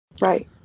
Right